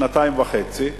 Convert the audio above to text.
שנתיים וחצי,